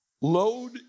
Load